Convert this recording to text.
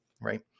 Right